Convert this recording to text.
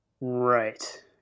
Right